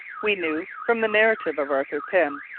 we knew, from the narrative of arthur pym,